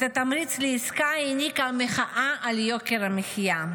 את התמריץ לעסקה העניקה המחאה על יוקר המחיה.